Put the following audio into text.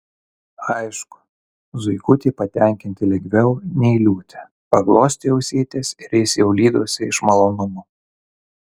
aišku zuikutį patenkinti lengviau nei liūtę paglostei ausytes ir jis jau lydosi iš malonumo